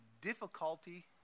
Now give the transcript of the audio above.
difficulty